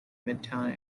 midtown